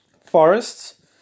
forests